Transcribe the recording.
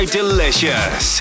Delicious